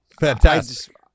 Fantastic